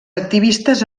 activistes